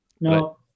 No